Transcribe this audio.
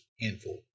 handful